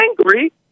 angry